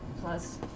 plus